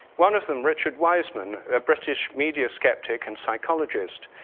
one of them, richard wiseman, a british media skeptic and psychologist